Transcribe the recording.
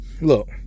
look